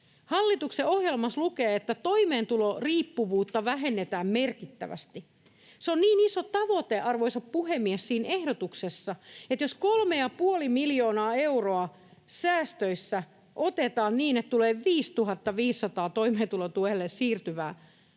Hallituksen ohjelmassa lukee, että toimeentulotukiriippuvuutta vähennetään merkittävästi. Se on niin iso tavoite, arvoisa puhemies, siinä ehdotuksessa, että jos 3,5 miljoonaa euroa säästöissä otetaan niin, että tulee 5 500 toimeentulotuelle siirtyvää,